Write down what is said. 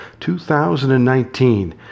2019